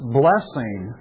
blessing